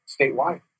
statewide